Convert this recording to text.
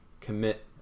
commit